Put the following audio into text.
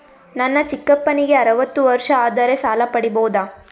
ನನ್ನ ಚಿಕ್ಕಪ್ಪನಿಗೆ ಅರವತ್ತು ವರ್ಷ ಆದರೆ ಸಾಲ ಪಡಿಬೋದ?